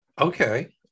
okay